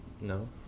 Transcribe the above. No